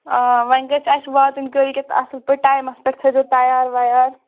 آ وَنۍ گژھِ اَسہِ واتٕنۍ کٲلکٮ۪تھ اَصٕل پٲٹھۍ ٹایمَس پٮ۪ٹھ تھٲے زَیٚو تیار ویار